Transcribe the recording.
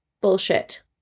Bullshit